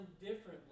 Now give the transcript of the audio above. differently